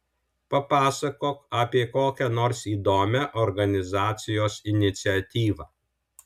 papasakok apie kokią nors įdomią organizacijos iniciatyvą